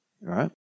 right